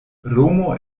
romo